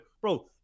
Bro